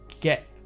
get